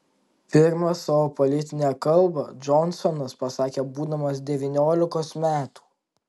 pirmą savo politinę kalbą džonsonas pasakė būdamas devyniolikos metų